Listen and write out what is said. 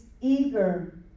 eager